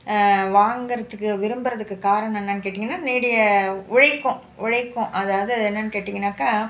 வாங்கிறத்துக்கு விரும்புகிறதுக்கு காரணம் என்னென்னு கேட்டீங்கன்னா நீடிய உழைக்கும் உழைக்கும் அதாவது என்னென்னு கேட்டீங்கனாக்கா